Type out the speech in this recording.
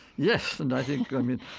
yes. and i think i mean,